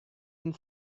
and